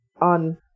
on